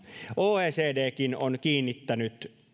oecdkin on kiinnittänyt